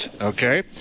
Okay